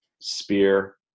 spear